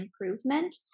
improvement